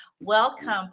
welcome